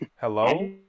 Hello